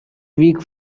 week